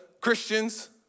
Christians